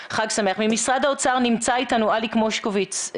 ממשרד האוצר נמצא איתנו אליק מושקוביץ',